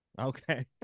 Okay